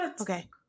Okay